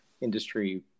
industry